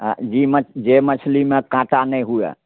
हँ जी मे जे मछलीमे काँटा नहि हुए